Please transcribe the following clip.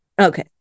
okay